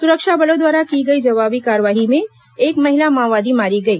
सुरक्षा बलों द्वारा की गई जवाबी कार्रवाई में एक महिला माओवादी मारी गई